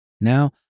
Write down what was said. Now